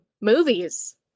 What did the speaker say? movies